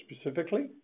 specifically